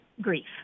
grief